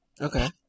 Okay